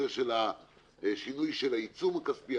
שינוי העיצום הכספי.